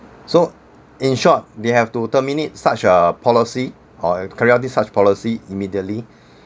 so in short they have to terminate such a policy or carry out these such policy immediately